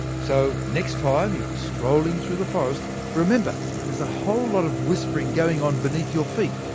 so next time you're strolling through the forest, remember that there's a whole lot of whispering going on beneath your feet,